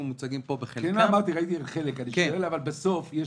בחלקם מצוינים פה -- ראיתי חלק אבל בסוף,